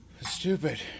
stupid